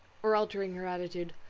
or altering her attitude,